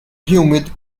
humid